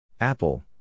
Apple